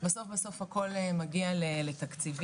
בסוף בסוף הכל מגיע לתקציבים,